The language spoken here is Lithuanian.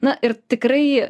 na ir tikrai